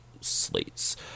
slates